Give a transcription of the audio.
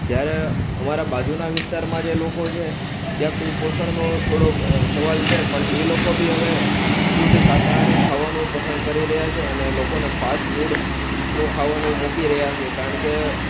જ્યારે અમારે બાજુના વિસ્તારમાં જે લોકો છે ત્યાં કુપોષણનો થોડોક સવાલ છે પણ એ લોકો બી હવે શુદ્ધ શાકાહારી ખાવાનું પસંદ કરી રહ્યા છે અને લોકોને ફાસ્ટ ફૂડનું ખાવાનું મૂકી રહ્યા છે કારણ કે